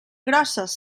grosses